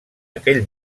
aquell